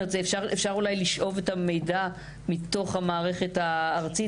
אפשר לשאוב את המידע מהמערכת הארצית?